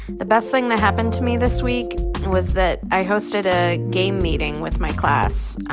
the best thing that happened to me this week was that i hosted a game meeting with my class.